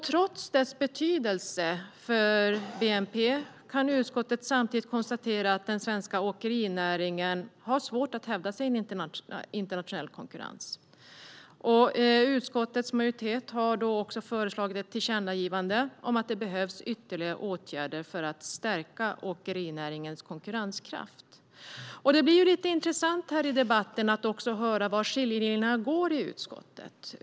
Trots dess betydelse för bnp kan utskottet konstatera att den svenska åkerinäringen har svårt att hävda sig i internationell konkurrens. Utskottets majoritet har föreslagit ett tillkännagivande om att det behövs ytterligare åtgärder för att stärka åkerinäringens konkurrenskraft. Det blir intressant att här i debatten höra var skiljelinjerna går i utskottet.